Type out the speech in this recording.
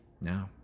No